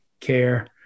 care